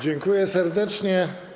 Dziękuję serdecznie.